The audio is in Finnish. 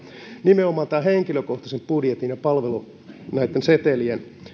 nimenomaan henkilökohtaisen budjetin ja palvelusetelien